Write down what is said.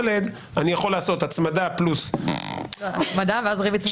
ד' אני יכול לעשות הצמדה פלוס --- הצמדה ואז ריבית צמודה?